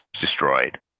destroyed